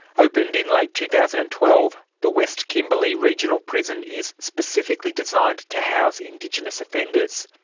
opened in late two thousand and twelve, the west kimberley regional prison is specifically designed to house indigenous offenders.